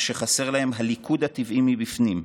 מה שחסר להם, הליכוד הטבעי מבפנים,